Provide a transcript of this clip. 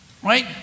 Right